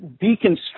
deconstruct